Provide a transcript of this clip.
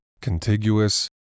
contiguous